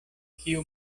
kiu